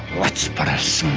let's put a